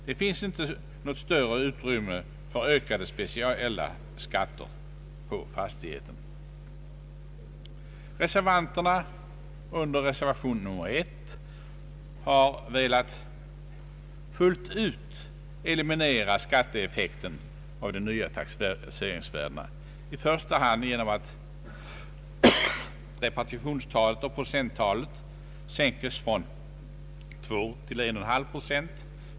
Det finns inte något större utrymme för ökade speciella skatter på fastigheter. I reservation nr 1 har reservanterna fullt ut velat eliminera skatteeffekten av de nya taxeringsvärdena, i första hand genom att repartitionstalet och procenttalet sänks från 2 till 1,5 procent.